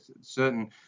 Certain